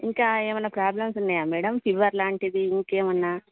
ఇంకా ఏమైనా ప్రాబ్లమ్స్ ఉన్నయా మేడం ఫీవర్ లాంటిది ఇంకేమైనా